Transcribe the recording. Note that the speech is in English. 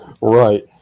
Right